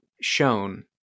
shown